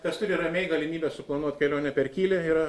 kas turi ramiai galimybę suplanuot kelionę per kylį yra